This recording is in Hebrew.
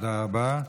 תודה רבה.